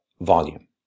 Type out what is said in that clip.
volume